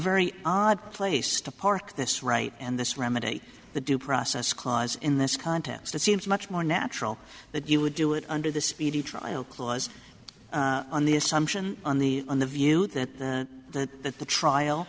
very odd place to park this right and this remedy the due process clause in this contest it seems much more natural that you would do it under the speedy trial clause on the assumption on the on the view that the that the trial